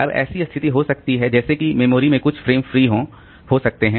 अब एक ऐसी स्थिति हो सकती है जैसे कि मेमोरी में कुछ फ्री फ्रेम हो सकते हैं